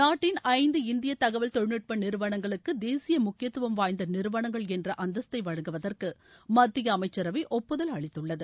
நாட்டின் ஐந்து இந்திய தகவல் தொழில்நுட்ப நிறுவனங்களுக்கு தேசிய முக்கியத்துவம் வாய்ந்த நிறுவனங்கள் என்ற அந்தஸ்தை வழங்குவதற்கு மத்திய அமைச்சரவை ஒப்புதல் அளித்துள்ளது